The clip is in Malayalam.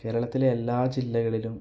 കേരളത്തിലെ എല്ലാ ജില്ലകളിലും